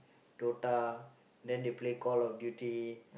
Dota then they play Call-of-Duty